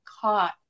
caught